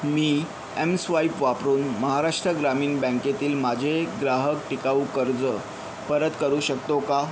मी mSwipe वापरून महाराष्ट्र ग्रामीण बँकेतील माझे ग्राहक टिकाऊ कर्ज परत करू शकतो का